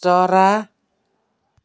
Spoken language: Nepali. चरा